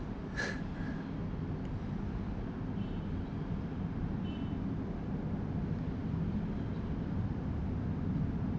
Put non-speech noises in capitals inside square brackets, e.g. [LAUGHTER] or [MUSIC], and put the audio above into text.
[LAUGHS]